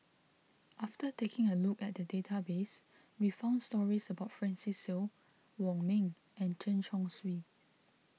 after taking a look at the database we found stories about Francis Seow Wong Ming and Chen Chong Swee